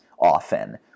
often